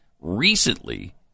recently